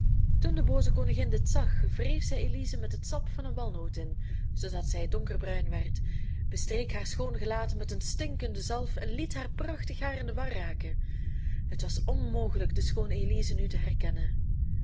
toen de booze koningin dit zag wreef zij elize met het sap van een walnoot in zoodat zij donkerbruin werd bestreek haar schoon gelaat met een stinkende zalf en liet haar prachtig haar in de war raken het was onmogelijk de schoone elize nu te herkennen